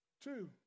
Two